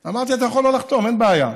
אמרתי: אתה יכול שלא לחתום, אין בעיה.